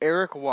Eric